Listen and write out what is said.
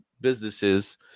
businesses